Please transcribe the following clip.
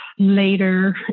Later